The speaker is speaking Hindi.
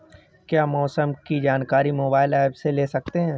क्या मौसम की जानकारी मोबाइल ऐप से ले सकते हैं?